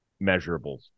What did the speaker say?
measurables